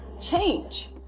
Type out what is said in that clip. change